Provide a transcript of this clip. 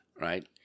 right